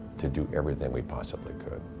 to do everything we possible could.